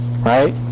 right